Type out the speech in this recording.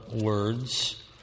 words